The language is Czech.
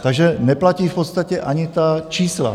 Takže neplatí v podstatě ani ta čísla.